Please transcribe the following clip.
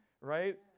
Right